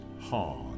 hard